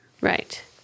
Right